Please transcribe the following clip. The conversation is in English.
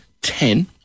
ten